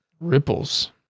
Ripples